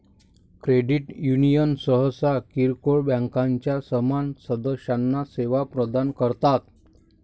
credit union सहसा किरकोळ बँकांच्या समान सदस्यांना सेवा प्रदान करतात